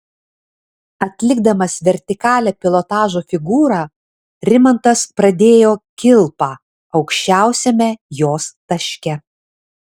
atlikdamas vertikalią pilotažo figūrą rimantas pradėjo kilpą aukščiausiame jos taške